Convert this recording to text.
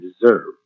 deserve